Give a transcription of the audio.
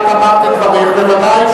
את אמרת את דברייך,